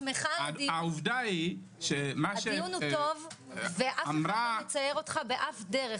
הדיון הוא טוב ואף אחד לא מצייר אותך באף דרך.